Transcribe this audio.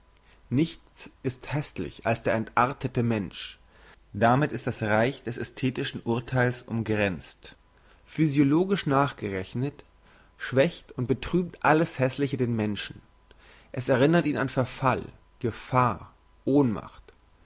nichts ist hässlich als der entartende mensch damit ist das reich des ästhetischen urtheils umgrenzt physiologisch nachgerechnet schwächt und betrübt alles hässliche den menschen es erinnert ihn an verfall gefahr ohnmacht